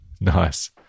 Nice